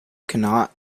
cannot